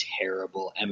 terrible